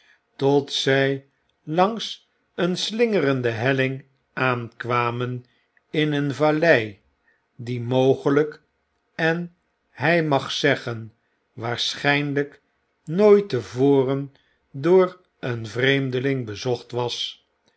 tot zy langs een slingerende helling aan kwamen in een vallei die mogelp en hy j mag zeggen waarschijnlyk nooit tevorendoor een vreemdeling bezo'cht was